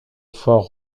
fort